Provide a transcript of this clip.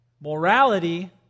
Morality